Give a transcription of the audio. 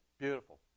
Beautiful